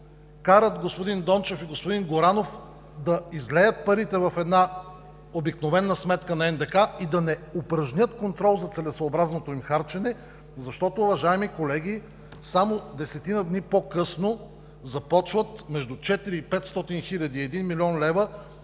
карат господин Дончев и господин Горанов да излеят парите в една обикновена сметка на НДК и да не упражнят контрол за целесъобразното им харчене? Защото, уважаеми колеги, само десетина дни по-късно започват между 400 и 500 хиляди – 1 млн. лв.